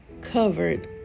covered